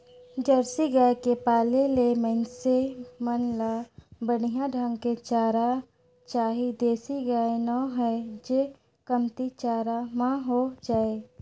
Jersey गाय के पाले ले मइनसे मन ल बड़िहा ढंग के चारा चाही देसी गाय नो हय जेन कमती चारा म हो जाय